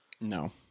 No